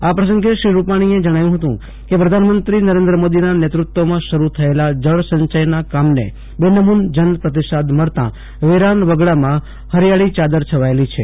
આ પ્રસંગે શ્રી રૂપાણીએ જણાવ્યું હતું કે પ્રધાનમંત્રી નરેન્દ્ર મોદીના નેતૃત્વમાં શરૂ થયેલા જળસંચયના કામને બેનમૂન જનપ્રતિસાદ મળતા વેરાન વગડામાં હરિયાળી યાદર છવાયેલી છે